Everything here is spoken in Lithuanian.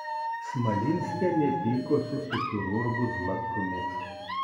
smalinskienė pykosi su chirurgu zlatkumi